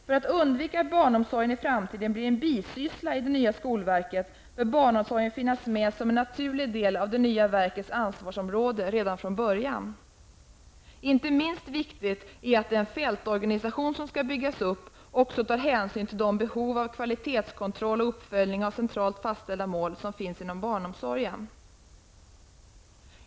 För att undvika att barnomsorgen i framtiden blir en bisyssla i det nya skolverket bör barnomsorgen redan från början finnas med som en naturlig del av det nya verkets ansvarsområde. Det är inte minst viktigt att den fältorganisation som skall byggas upp även tar hänsyn till de behov av kvalitetskontroll och uppföljning av centralt fastställda mål som finns inom barnomsorgen.